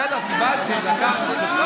בסדר, קיבלתם, לקחתם.